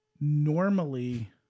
Normally